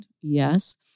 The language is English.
yes